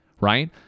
right